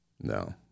No